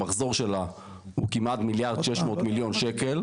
המחזור שלה הוא כמעט מיליארד ו-600 מיליון שקלים.